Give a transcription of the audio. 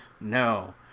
No